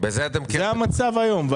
זה המצב היום.